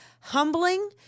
humbling